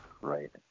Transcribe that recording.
Right